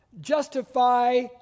justify